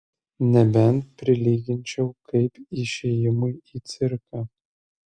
nebent prilyginčiau kaip išėjimui į cirką